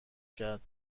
کرد